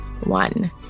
One